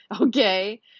okay